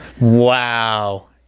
wow